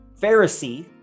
Pharisee